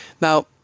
Now